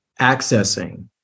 accessing